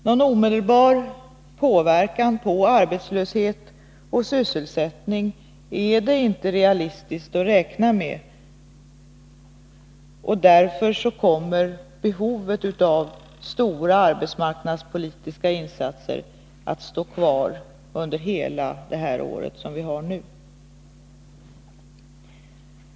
Någon omedelbar påverkan när det gäller arbetslöshet och sysselsättning är det inte realistiskt att räkna med. Därför kommer behovet av stora arbetsmarknadspolitiska insatser att finnas kvar under hela det här året.